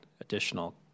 additional